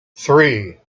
three